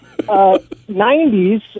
90s